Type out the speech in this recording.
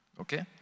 Okay